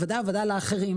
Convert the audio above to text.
וודאי וודאי לאחרים,